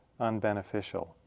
unbeneficial